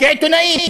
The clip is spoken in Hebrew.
כעיתונאים,